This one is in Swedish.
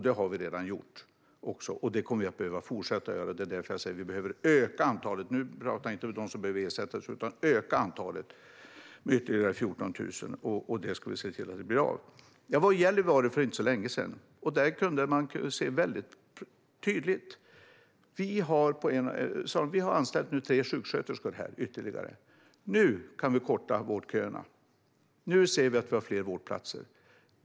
Det har vi redan gjort, och det kommer vi att behöva fortsätta att göra. Det är därför jag säger att vi behöver öka antalet - nu talar jag inte om dem som behöver ersättas - med ytterligare 14 000, och vi ska se till att det blir av. Jag var i Gällivare för inte så länge sedan, och där kunde man se väldigt tydligt hur det här har blivit. De sa: Vi har anställt ytterligare tre sjuksköterskor. Nu kan vi korta vårdköerna. Nu ser vi att vi har fler vårdplatser.